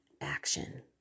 action